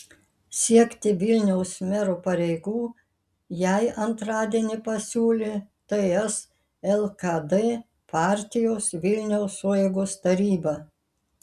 siekti vilniaus mero pareigų jai antradienį pasiūlė ts lkd partijos vilniaus sueigos taryba